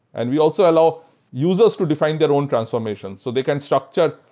and we also allow users to define their own transformations. so they can structure,